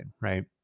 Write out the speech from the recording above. right